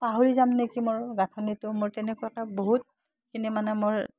পাহৰি যাম নেকি মোৰ গাঁথনিটো মোৰ তেনেকুৱাকৈ বহুতখিনি মানে মোৰ